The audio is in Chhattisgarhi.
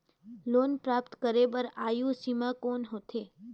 लोन प्राप्त करे बर आयु सीमा कौन होथे?